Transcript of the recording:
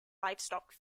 livestock